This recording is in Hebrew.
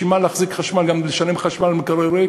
בשביל מה לשלם חשמל על מקרר ריק?